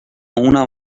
اونم